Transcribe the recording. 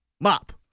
Mop